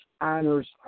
honors